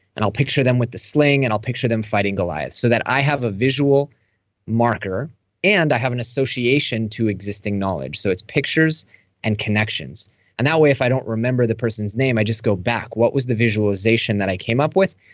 and i'll picture them with the sling, and i'll picture them fighting goliath so that i have a visual marker and i have an association to existing knowledge so it's pictures and connections that way, if i don't remember the person's name, i just go back. what was the visualization that i came up with,